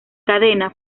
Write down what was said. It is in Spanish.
cadena